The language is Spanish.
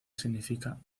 significa